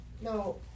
now